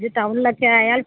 ഇജ്ജ് ടൗണിലൊക്കെയായാൽ